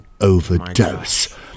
overdose